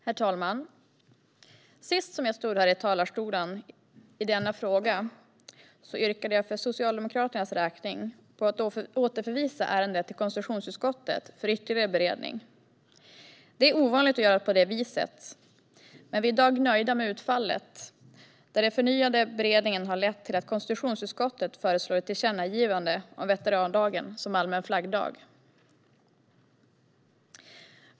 Herr talman! Sist jag stod här i talarstolen i denna fråga yrkade jag för Socialdemokraternas räkning på att återförvisa ärendet till konstitutionsutskottet för ytterligare beredning. Det är ovanligt att göra på det viset, men vi är i dag nöjda med utfallet, då den förnyade beredningen har lett till att konstitutionsutskottet föreslår ett tillkännagivande om veterandagen som allmän flaggdag.